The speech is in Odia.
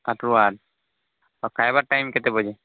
ଆଠ୍ରୁ ଆଠ୍ ଆର୍ ଖାଏବାର୍ ଟାଇମ୍ କେତେ ବଜେ